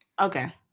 Okay